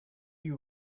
you